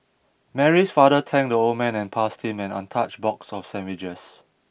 Mary's father thanked the old man and passed him an untouched box of sandwiches